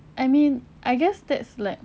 I mean I guess that's like